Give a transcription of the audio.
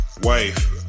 wife